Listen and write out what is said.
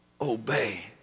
obey